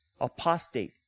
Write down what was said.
Apostate